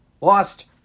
lost